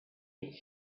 its